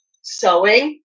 sewing